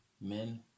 men